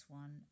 one